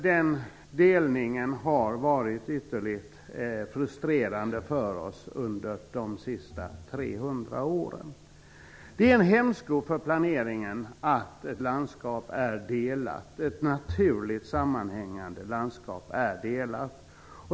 Den delningen har varit ytterligt frustrerande för oss under de senaste Det är en hämsko för planeringen att ett naturligt sammanhängande landskap är delat.